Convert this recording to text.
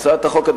הצעת החוק,